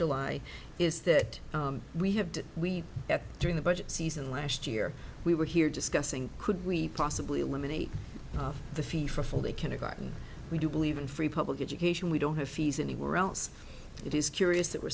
july is that we have did we during the budget season last year we were here discussing could we possibly eliminate the fee for full day kindergarten we do believe in free public education we don't have fees anywhere else it is curious that we're